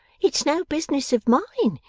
it's no business of mine,